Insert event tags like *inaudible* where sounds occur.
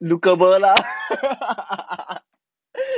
lookable lah *laughs*